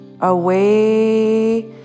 away